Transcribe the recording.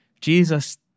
Jesus